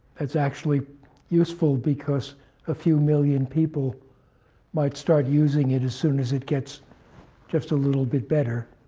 that's actually useful because a few million people might start using it as soon as it gets just a little bit better.